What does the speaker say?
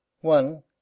One